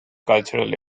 cultural